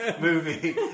movie